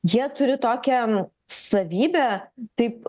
jie turi tokią savybę taip